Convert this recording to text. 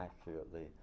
accurately